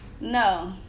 No